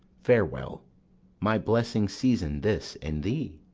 farewell my blessing season this in thee!